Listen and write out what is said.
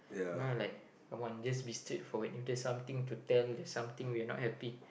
you know I like I want just be straightforward if there's something to tell there's something we are not happy